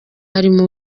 harimo